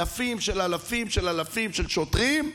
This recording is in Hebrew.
אלפים של אלפים של אלפים של שוטרים,